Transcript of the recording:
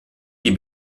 die